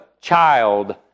child